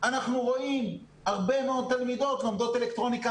אנחנו רואים הרבה מאוד תלמידות לומדות אלקטרוניקה,